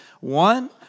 one